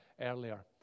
earlier